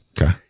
Okay